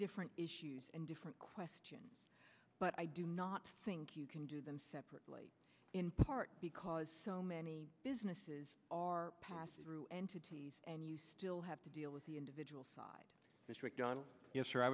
different issues and different question but i do not think you can do them separately in part because so many businesses are passing through entities and you still have to deal with the individual side district